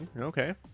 Okay